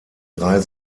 drei